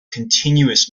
continuous